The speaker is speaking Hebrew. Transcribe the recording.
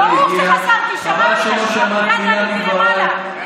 ברור שחזרתי, שמעתי את השטויות ומייד באתי מלמעלה.